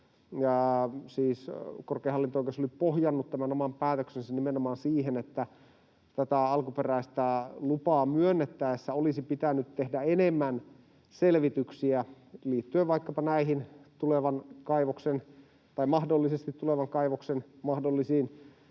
korkein hallinto-oikeus oli pohjannut tämän oman päätöksensä nimenomaan siihen, että tätä alkuperäistä lupaa myönnettäessä olisi pitänyt tehdä enemmän selvityksiä, liittyen vaikkapa näihin tulevan kaivoksen — tai mahdollisesti tulevan kaivoksen — mahdollisiin